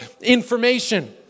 information